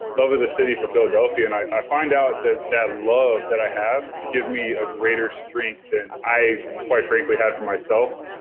love of the city for philadelphia. and i find out that that love that i have gives me a greater strength than i quite frankly had for myself.